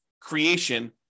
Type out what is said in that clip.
creation